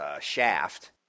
shaft